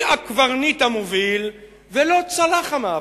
היא הקברניט המוביל, ולא צלח המאבק.